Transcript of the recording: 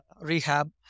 rehab